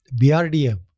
BRDM